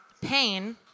pain